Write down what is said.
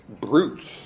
brutes